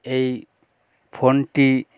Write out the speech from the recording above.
এই ফোনটি